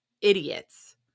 idiots